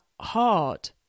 hard